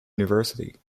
university